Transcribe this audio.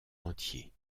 entier